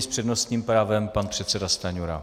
S přednostním právem pan předseda Stanjura.